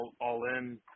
all-in